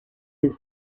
his